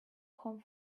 home